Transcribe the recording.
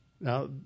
Now